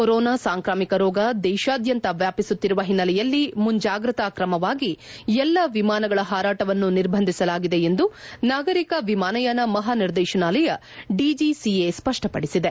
corona ಸಾಂಕ್ರಾಮಿಕ ರೋಗ ದೇಶಾದ್ಯಂತ ವ್ಯಾಪಿಸುತ್ತಿರುವ ಹಿನ್ನೆಲೆಯಲ್ಲಿ ಮುಂಜಾಗ್ರತಾ ಕ್ರಮವಾಗಿ ಎಲ್ಲಾ ವಿಮಾನಗಳ ಹಾರಾಟವನ್ನು ನಿರ್ಬಂಧಿಸಲಾಗಿದೆ ಎಂದು ನಾಗರಿಕ ವಿಮಾನಯಾನ ಮಹಾನಿರ್ದೇಶನಾಲಯ ಡಿಜಿಸಿಎ ಸ್ಪಷ್ಟಪಡಿಸಿದೆ